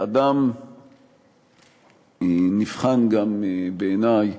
אדם נבחן גם, בעיני,